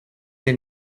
they